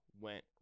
went